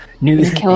New's